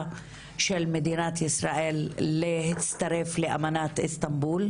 של מדינת ישראל להצטרף לאמנת איסטנבול.